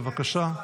בבקשה.